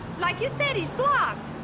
like you said, he's blocked.